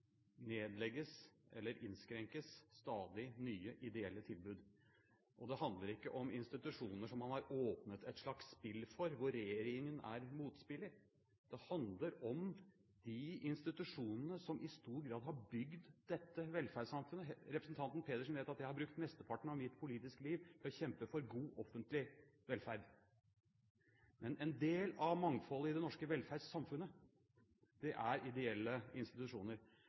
nedlegges eller innskrenkes stadig nye ideelle tilbud. Og det handler ikke om institusjoner som man har åpnet et slags spill for, hvor regjeringen er en motspiller. Det handler om de institusjonene som i stor grad har bygd dette velferdssamfunnet. Representanten Pedersen vet at jeg har brukt mesteparten av mitt politiske liv til å kjempe for god offentlig velferd. Men en del av mangfoldet i det norske velferdssamfunnet er ideelle institusjoner.